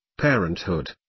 parenthood